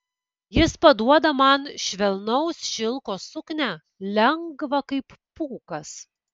jis paduoda man švelnaus šilko suknią lengvą kaip pūkas